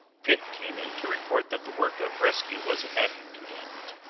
pitt came in to report that the work of rescue was at an end,